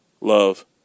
Love